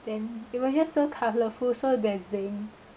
then it was just so colourful so dazzling